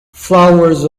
flowers